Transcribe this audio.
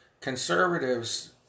conservatives